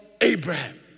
Abraham